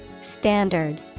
Standard